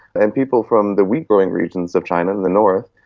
and people from the wheat growing regions of china, in the north,